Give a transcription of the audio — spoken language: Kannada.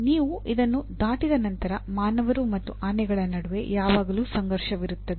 ನೀವು ಇದನ್ನು ದಾಟಿದ ನಂತರ ಮಾನವರು ಮತ್ತು ಆನೆಗಳ ನಡುವೆ ಯಾವಾಗಲೂ ಸಂಘರ್ಷವಿರುತ್ತದೆ